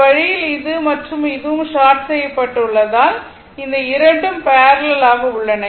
இந்த வழியில் இது மற்றும் இதுவும் ஷார்ட் செய்யப்பட்டுள்ளதால் இந்த இரண்டும் பேரலல் ஆக உள்ளன